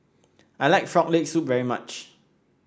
I like Frog Leg Soup very much